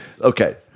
Okay